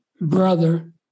brother